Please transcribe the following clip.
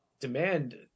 demand